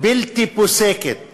בלתי פוסקת